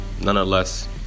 nonetheless